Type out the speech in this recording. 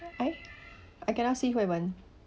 eh I cannot see hui wen